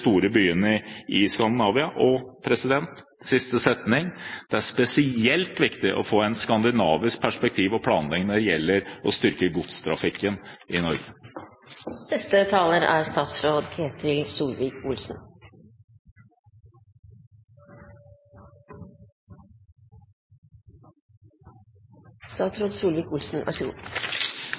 store byene i Skandinavia. Det er spesielt viktig å få et skandinavisk perspektiv på planleggingen når det gjelder å styrke godstrafikken i